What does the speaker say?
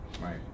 Right